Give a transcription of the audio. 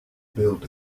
build